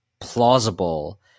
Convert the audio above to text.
plausible